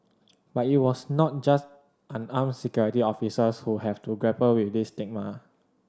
but it was not just unarmed Security Officers who have to grapple with this stigma